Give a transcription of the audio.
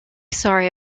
sorry